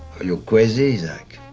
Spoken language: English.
are you crazy, isaach?